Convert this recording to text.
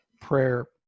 prayer